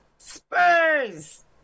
Spurs